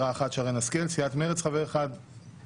אחד מהם זה חבר הכנסת בועז טופורובסקי; סיעת ש"ס חבר אחד,